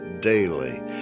daily